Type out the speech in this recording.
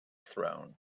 throne